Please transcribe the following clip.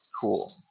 Cool